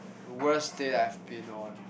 worst day I have been on